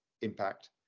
impact